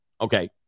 Okay